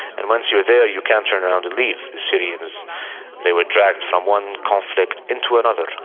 and once you are there, you can't turn around and leave. the syrians they were dragged from one conflict into another.